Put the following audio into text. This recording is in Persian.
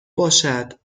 باشد